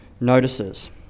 notices